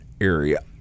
area